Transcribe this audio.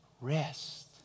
Rest